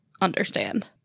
understand